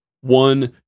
one